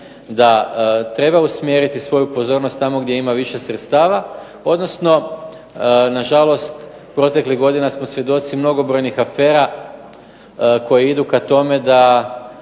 da treba usmjeriti svoju pozornost tamo gdje ima više sredstava odnosno nažalost proteklih godina smo svjedoci mnogobrojnih afera koje idu ka tome da